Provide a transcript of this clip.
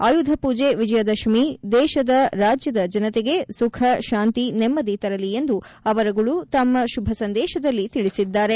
ಆಯುಧಪೂಜೆ ವಿಜಯದಶಮಿ ಜನತೆಗೆ ಸುಖ ಶಾಂತಿ ನೆಮ್ದಿದಿ ತರಲಿ ಎಂದು ಅವರುಗಳು ತಮ್ಮ ಶುಭ ಸಂದೇಶದಲ್ಲಿ ತಿಳಿಸಿದ್ದಾರೆ